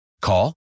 Call